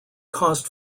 cost